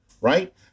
right